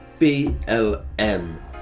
BLM